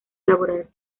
elaborar